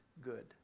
good